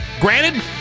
Granted